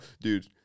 Dude